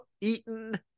Eaton